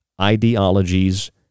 ideologies